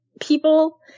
people